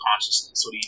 consciousness